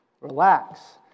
relax